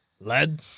Lead